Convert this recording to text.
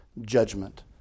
judgment